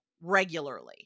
regularly